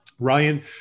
Ryan –